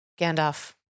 gandalf